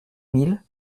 mille